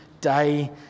day